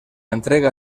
entrega